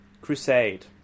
Crusade